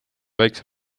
väiksem